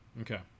Okay